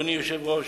אדוני היושב-ראש,